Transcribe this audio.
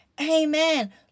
Amen